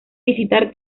visitar